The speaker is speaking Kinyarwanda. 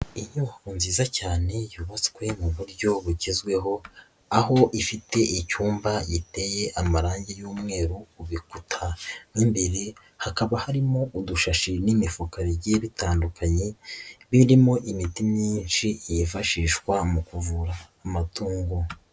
Inyubako nziza cyane yu'ubukwe mu buryo bugezweho aho ifite icyumba giteye amarangi y'umweru ku bikuta, mu imbere hakaba harimo udushashi n'imifukarege bitandukanye birimo imiti myinshi yifashishwa mu kuvura amatungo.